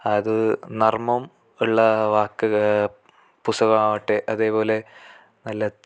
അത് നർമ്മം ഉള്ള വാക്കുക പുസ്തകമാവട്ടെ അതേപോലെ നല്ല